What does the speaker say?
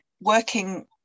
working